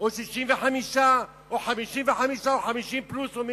או 65, או 55, או 50 פלוס או מינוס.